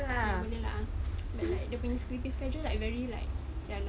kira boleh lah like dia punya sleeping schedule like very like macam like